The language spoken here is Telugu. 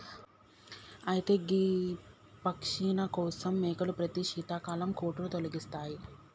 అయితే గీ పష్మిన కోసం మేకలు ప్రతి శీతాకాలం కోటును తొలగిస్తాయి